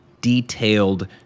detailed